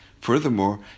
Furthermore